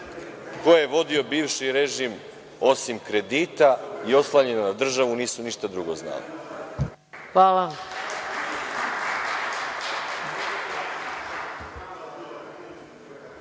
koje je vodio bivši režim, osim kredita i oslanjanja na državu nisu ništa drugo znale. **Maja